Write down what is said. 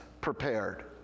prepared